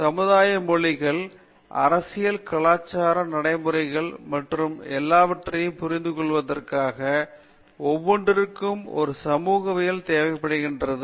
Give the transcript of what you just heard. எனவே சமுதாய மொழிகள் அரசியல் கலாச்சார நடைமுறைகள் மற்றும் எல்லாவற்றையும் புரிந்து கொள்வதற்காக ஒவ்வொன்றிற்கும் ஒரு சமூக அறிவியல் தேவைப்படுகிறது